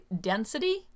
density